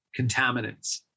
contaminants